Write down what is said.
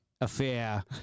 affair